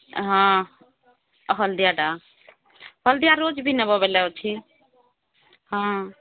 ହଁ ହଳଦିଆଟା ହଳଦିଆ ରୋଜ୍ ବିନା ଅଛି ହଁ